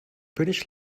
british